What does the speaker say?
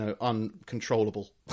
uncontrollable